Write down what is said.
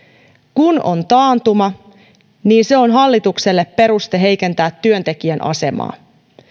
kun on taantuma niin se on hallitukselle peruste heikentää työntekijän asemaa